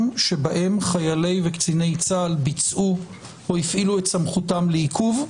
שבהם חיילי וקציני צה"ל ביצעו או הפעילו את סמכותם לעיכוב,